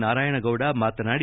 ನಾರಾಯಣಗೌಡ ಮಾತನಾಡಿ